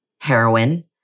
heroin